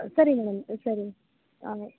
ಸರಿ ಮೇಡಮ್ ಸರಿ ಆಮೇಲೆ